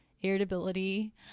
irritability